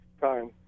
time